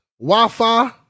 Wi-Fi